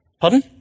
Pardon